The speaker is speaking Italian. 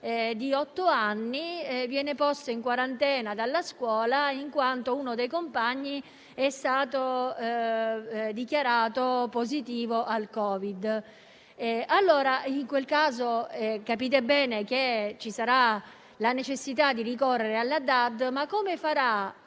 di otto anni venga posto in quarantena dalla scuola in quanto uno dei compagni è stato dichiarato positivo al Covid; in questo caso, capite bene che ci sarà la necessità di ricorrere alla DAD. Ma come faranno